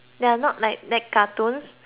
they are not like like cartoons